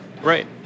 Right